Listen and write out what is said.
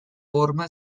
forma